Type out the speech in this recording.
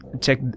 check